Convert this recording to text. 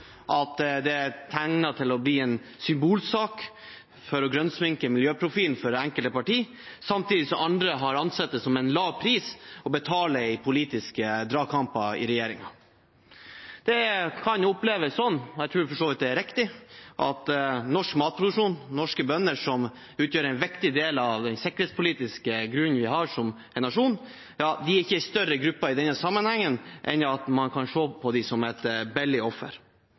at det tegner til å bli en symbolsak for å grønnsminke miljøprofilen til enkelte parti, samtidig som andre har ansett det som en lav pris å betale i politiske dragkamper i regjeringen. Det kan oppleves som, og jeg tror for så vidt det er riktig, at norsk matproduksjon, norske bønder, som utgjør en viktig del av den sikkerhetspolitiske grunnen vi har som nasjon, ikke er en større gruppe i denne sammenhengen enn at man kan se på dem som et billig offer.